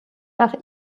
nach